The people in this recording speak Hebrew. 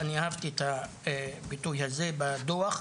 אני אהבתי את הביטוי הזה בדוח,